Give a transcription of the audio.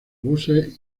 buses